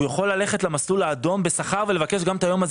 הוא יכול ללכת למסלול האדום בשכר ולבקש גם את היום,